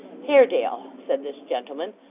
haredale, said this gentleman,